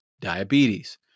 diabetes